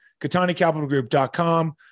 katanicapitalgroup.com